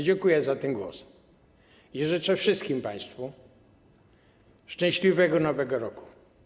Dziękuję za ten głos i życzę wszystkim państwu szczęśliwego Nowego Roku.